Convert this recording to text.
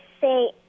say